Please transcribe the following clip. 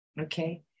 okay